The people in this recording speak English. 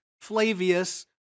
Flavius